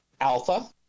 Alpha